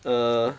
err